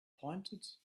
pointed